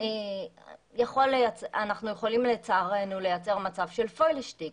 אנחנו יכולים לצערנו לייצר מצב של פוילישטיק,